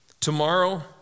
Tomorrow